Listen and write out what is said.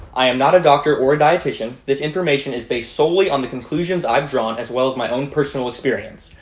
i am not a doctor or a dietician, this information is based solely on the conclusions i've drawn as well as my own personal experience.